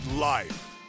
life